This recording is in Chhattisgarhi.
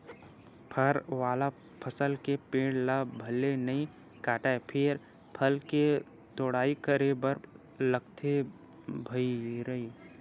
फर वाला फसल के पेड़ ल भले नइ काटय फेर फल के तोड़ाई करे बर लागथे भईर